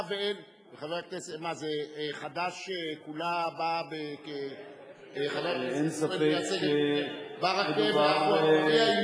חבר הכנסת סוייד מייצג את ברכה ועפו אגבאריה,